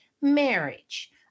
Marriage